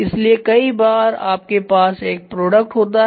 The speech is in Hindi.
इसलिए कई बार आपके पास एक प्रोडक्ट होता है